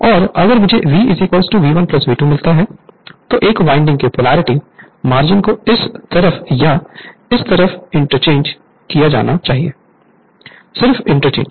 और अगर मुझे V V1 V2 मिलता है तो एक वाइंडिंग के पोलैरिटी मार्जिन को इस तरफ या इस तरफ इंटरचेंज किया जाना चाहिए सिर्फ इंटरचेंज